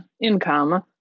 income